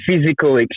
physical